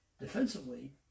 Defensively